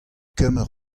kemer